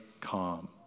calm